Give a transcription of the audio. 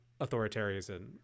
authoritarianism